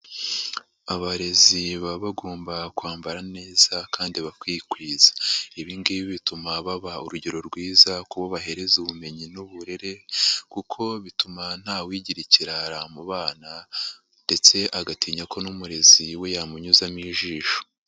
Abarezi baba bagomba kwambara neza kandi bakwikwiza, ibi ngibi bituma baba urugero rwiza ku bo bahereza ubumenyi n'uburere kuko bituma nta wigira ikirara mu bana ndetse agatinya ko n'umurezi we yamunyuzamo ijisho.